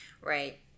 Right